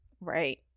Right